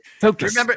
Focus